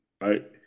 right